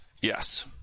Yes